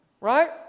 Right